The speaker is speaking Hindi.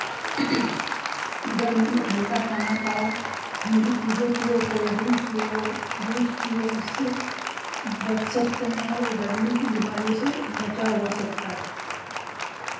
गर्मी में ठंडा खाना खाओ ठंडी चीज़े पीयो कोल्ड ड्रिंक पीयो जूस पियो उससे बच सकते हैं और गर्मी की बीमारियों से बचाव हो सकता है